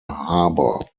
harbor